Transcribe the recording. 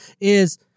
is-